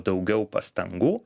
daugiau pastangų